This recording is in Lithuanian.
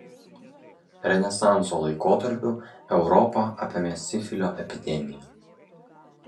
renesanso laikotarpiu europą apėmė sifilio epidemija